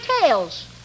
tails